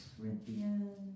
Corinthians